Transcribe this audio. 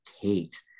hate